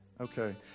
okay